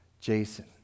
Jason